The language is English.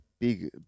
Big